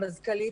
המזכ"לית,